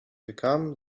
become